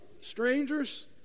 strangers